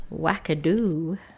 Wackadoo